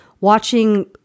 watching